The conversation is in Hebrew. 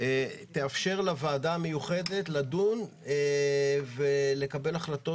ההארכה תאפשר לוועדה המיוחדת לדון ולקבל החלטות